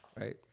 right